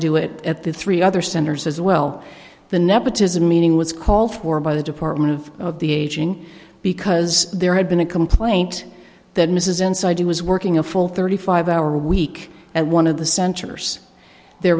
do it at the three other centers as well the nepotism meeting was called for by the department of of the aging because there had been a complaint that mrs inside who was working a full thirty five hour week at one of the centers there